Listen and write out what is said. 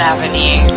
Avenue